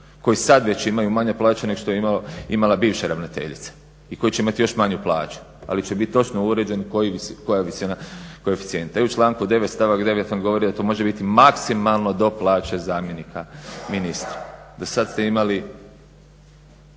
koji sada već imaju manje plaće nego što je imala bivša ravnateljica. I koji će imati još manju plaću. Ali će biti točno uređen koja visina koeficijenta. I u članku 9. stavak 9. nam govori da to može biti maksimalno do plaće zamjenika ministra. Do sada ste imali